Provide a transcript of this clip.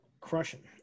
crushing